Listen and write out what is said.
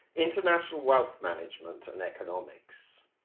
international wealth management and economics.